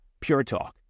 PureTalk